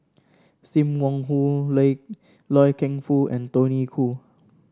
Sim Wong Hoo Loy Loy Keng Foo and Tony Khoo